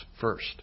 first